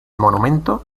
monumento